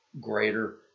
Greater